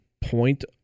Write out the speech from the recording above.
point